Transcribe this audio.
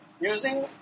using